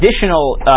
additional